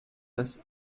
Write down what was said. das